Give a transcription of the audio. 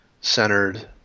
centered